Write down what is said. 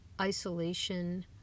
isolation